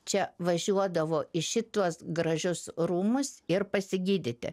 čia važiuodavo į šituos gražius rūmus ir pasigydyti